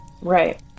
Right